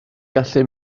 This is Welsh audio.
gallu